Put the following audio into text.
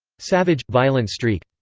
savage, violent streak.